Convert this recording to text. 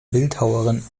bildhauerin